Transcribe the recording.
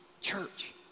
Church